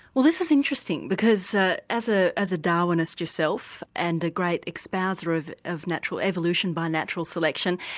well this is interesting because ah as ah as a darwinist yourself and a great espouser of of natural evolution by natural selection,